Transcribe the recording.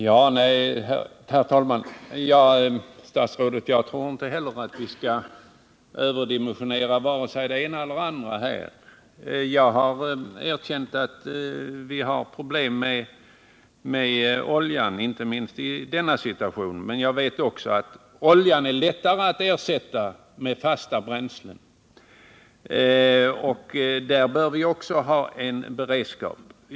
Herr talman! Jag tror inte heller att vi skall överdimensionera problemen med vare sig det ena eller det andra. Jag har erkänt att vi har problem med oljan, inte minst i nuvarande situation, men jag vet också att oljan är lättare att ersätta med fasta bränslen. Där bör vi också ha en beredskap.